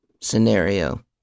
scenario